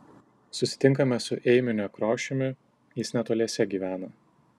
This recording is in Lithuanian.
susitinkame su eimiu nekrošiumi jis netoliese gyvena